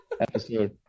episode